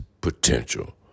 potential